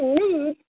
need